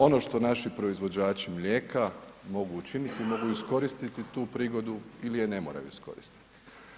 Ono što naši proizvođači mlijeka mogu učiniti, mogu iskoristiti tu prigodu ili je ne moraju iskoristiti.